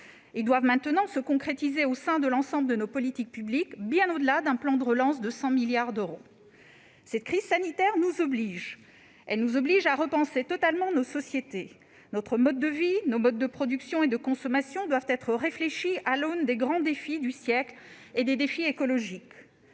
Ils doivent maintenant se concrétiser au sein de l'ensemble de nos politiques publiques, bien au-delà d'un plan de relance de 100 milliards d'euros. Cette crise sanitaire nous oblige. Elle nous oblige à repenser totalement nos sociétés. Notre mode de vie, nos modes de production et de consommation doivent être réfléchis à l'aune des grands défis du siècle et des défis écologiques.